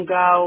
go